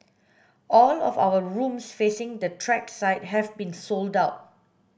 all of our rooms facing the track side have been sold out